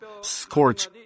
scorch